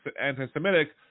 anti-Semitic